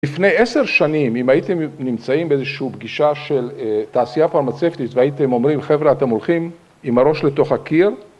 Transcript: לפני עשר שנים, אם הייתם נמצאים באיזושהי פגישה של תעשייה פרמצפטית והייתם אומרים, חברה אתם הולכים עם הראש לתוך הקיר